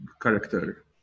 character